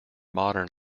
modern